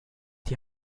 die